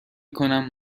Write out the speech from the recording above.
کنم